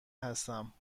هستم